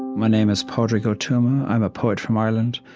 my name is padraig o tuama. i'm a poet from ireland,